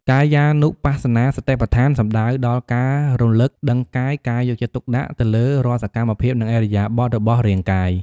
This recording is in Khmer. កាយានុបស្សនាសតិប្បដ្ឋាន សំដៅដល់ការរលឹកដឹងកាយ ការយកចិត្តទុកដាក់ទៅលើរាល់សកម្មភាព និងឥរិយាបថរបស់រាងកាយ។